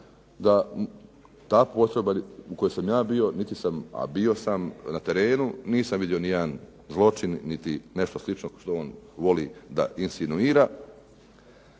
da takvu postrojbu u kojoj sam ja bio, niti sam, a bio sam na terenu, nisam vidio nijedan zločin niti nešto slično kao što on voli da insinuira.